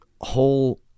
whole